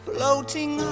Floating